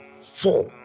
four